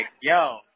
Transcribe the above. yo